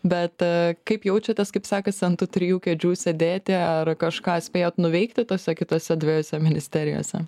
bet a kaip jaučiatės kaip sakasi an tų trijų kėdžių sėdėti ar kažką spėjot nuveikti tose kitose dvejose ministerijose